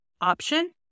option